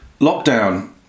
lockdown